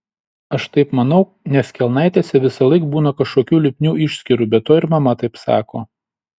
aš taip manau nes kelnaitėse visąlaik būna kažkokių lipnių išskyrų be to ir mama taip sako